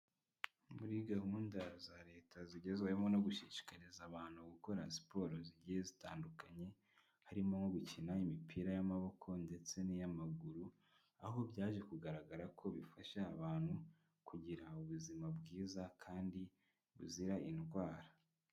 Muri gahunda za leta zigezweho harimo no gushishikariza abantu gukora siporo zigiye zitandukanye, harimo nko gukina imipira y'amaboko ndetse n'iy'amaguru, aho byaje kugaragara ko bifasha abantu kugira ubuzima bwiza kandi buzira indwara.